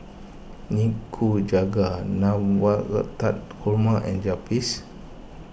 Nikujaga Navratan Korma and Japchae